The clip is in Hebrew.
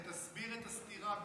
תסביר את הסתירה,